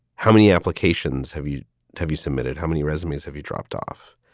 how many applications have you have you submitted? how many resumes have you dropped off?